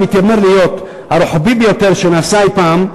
שמתיימר להיות הרוחבי ביותר שנעשה אי-פעם,